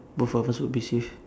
both of us would be safe